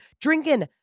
Drinking